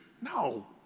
No